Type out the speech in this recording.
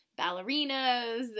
ballerinas